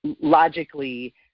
logically